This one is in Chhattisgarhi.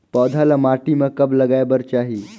पौधा ल माटी म कब लगाए बर चाही?